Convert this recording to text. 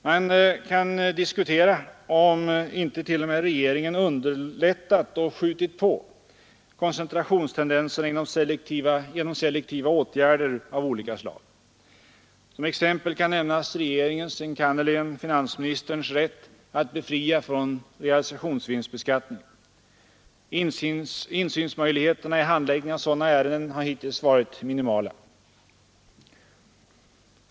Man kan diskutera om inte t.o.m. regeringen underlättat och skjutit på koncentrationstendenserna genom selektiva åtgärder av olika slag. Som exempel kan nämnas regeringens — enkannerligen finansministerns — rätt att befria från realisationsvinstbeskattningen. Insynsmöjligheterna i handläggningen av sådana ärenden har hittills varit minimala.